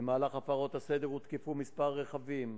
במהלך הפרות הסדר הותקפו כמה רכבים